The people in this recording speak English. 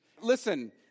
Listen